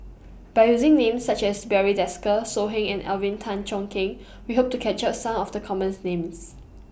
By using Names such as Barry Desker So Heng and Alvin Tan Cheong Kheng We Hope to capture Some of The commons Names